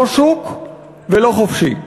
לא שוק ולא חופשי.